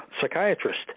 psychiatrist